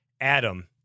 Adam